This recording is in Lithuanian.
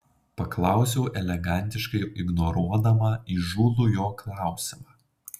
paklausiau elegantiškai ignoruodama įžūlų jo klausimą